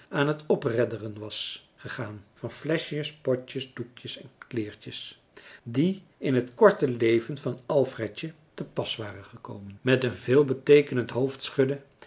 aan het opredderen was gegaan van de fleschjes potjes doekjes en kleertjes die in het korte leven van alfredje te pas waren gekomen met een